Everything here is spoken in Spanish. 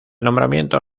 nombramiento